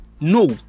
No